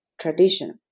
tradition